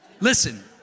Listen